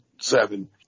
seven